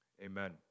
Amen